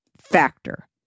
Factor